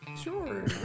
Sure